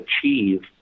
achieve